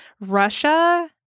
Russia